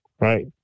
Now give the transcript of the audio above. right